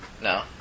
No